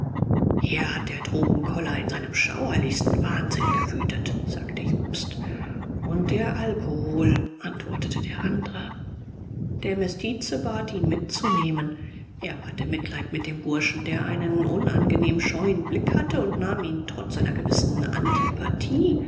hier hat der tropenkoller in seinem schauerlichsten wahnsinn gewütet sagte jobst und der alkohol antwortete der andre der mestize bat ihn mitzunehmen erb hatte mitleid mit dem burschen der einen unangenehm scheuen blick hatte und nahm ihn trotz einer gewissen antipathie